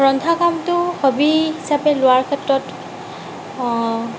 ৰন্ধা কামটো হ'বি হিচাপে লোৱাৰ ক্ষেত্ৰত